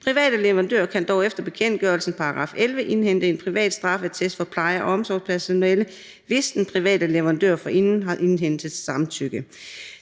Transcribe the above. Private leverandører kan dog efter bekendtgørelsens § 11 indhente en privat straffeattest for pleje- og omsorgspersonale, hvis den private leverandør forinden har indhentet samtykke